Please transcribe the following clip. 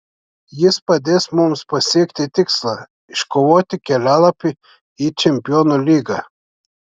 jis padės mums pasiekti tikslą iškovoti kelialapį į čempionų lygą